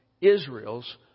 Israel's